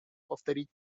повторить